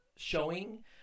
Showing